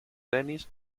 dennis